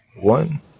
One